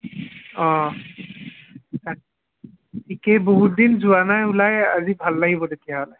অ ঠিকে বহুত দিন যোৱা নাই ওলাই আজি ভাল লাগিব তেতিয়াহ'লে